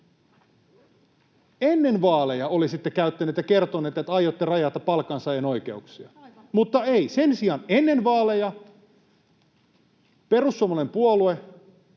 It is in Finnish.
ennen vaaleja olisitte kertoneet, että aiotte rajata palkansaajien oikeuksia? Mutta ei, sen sijaan ennen vaaleja perussuomalainen puolue